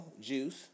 Juice